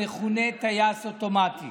המכונה "טייס אוטומטי".